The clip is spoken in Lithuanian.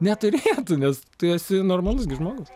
neturėtų nes tu esi normalus gi žmogus